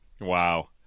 Wow